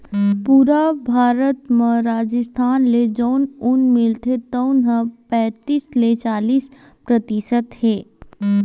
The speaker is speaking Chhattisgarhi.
पूरा भारत म राजिस्थान ले जउन ऊन मिलथे तउन ह पैतीस ले चालीस परतिसत हे